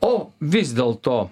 o vis dėlto